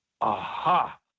aha